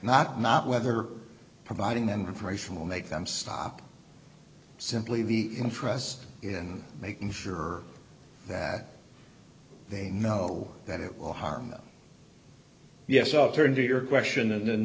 not not whether providing the information will make them stop simply the interest in making sure that they know that it will harm them yes upturned to your question and